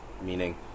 meaning